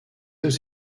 aux